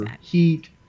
heat